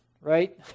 right